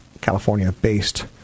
California-based